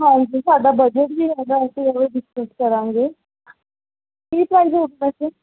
ਹਾਂਜੀ ਸਾਡਾ ਬਜਟ ਵੀ ਹੈਗਾ ਅਸੀਂ ਉਹਦੇ ਵਿੱਚ ਕਰਾਂਗੇ